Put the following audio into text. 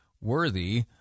worthy